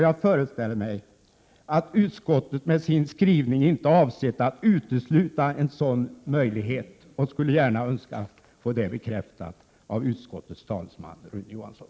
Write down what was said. Jag föreställer mig att utskottet med sin skrivning inte avsett att utesluta en sådan möjlighet, och jag skulle gärna vilja få detta bekräftat av utskottets talesman Rune Johansson.